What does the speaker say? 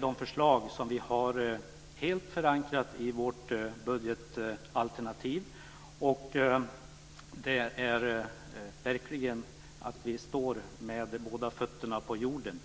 de förslag som vi har förankrat helt i vårt budgetalternativ. Och vi står verkligen med båda fötterna på jorden.